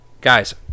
Guys